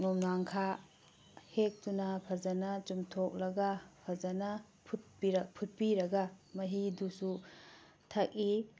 ꯅꯣꯡꯃꯥꯡꯈꯥ ꯍꯦꯛꯇꯨꯅ ꯐꯖꯅ ꯆꯨꯝꯊꯣꯛꯂꯒ ꯐꯖꯅ ꯐꯨꯠꯄꯤꯔꯒ ꯃꯍꯤꯗꯨꯁꯨ ꯊꯛꯏ